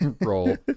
roll